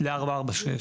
ל-446.